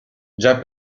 già